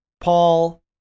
Paul